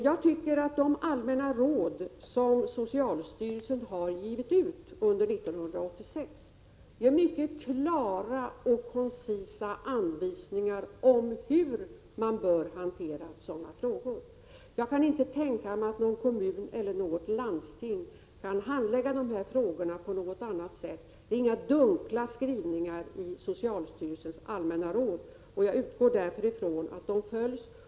Jag tycker att de allmänna råd som socialstyrelsen har givit ut under 1986 ger mycket klara och koncisa anvisningar om hur man bör hantera sådana frågor. Jag kan inte tänka mig att någon kommun eller något landsting skulle handlägga dessa frågor på något annat sätt. Det finns inga dunkla skrivningar i socialstyrelsens allmänna råd, och jag utgår därför ifrån att de följs.